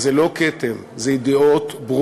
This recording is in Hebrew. אז זה לא כתם, אלה ידיעות ברורות